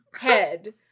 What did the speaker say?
head